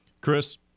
Chris